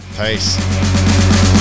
Peace